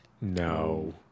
No